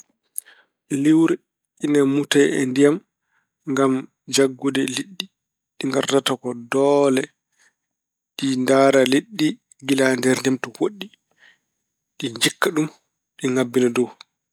Liiwre ina muta e ndiyam ngam jaggude liɗɗi. Ɗi ngardada ko doole. Ɗi ndaara liɗɗi ɗi ngila nder ndiyam to woɗɗi, ɗi njikka ɗum, ɗi ngabbina dow.